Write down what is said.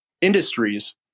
industries